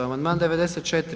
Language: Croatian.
Amandman 94.